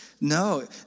No